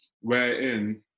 Wherein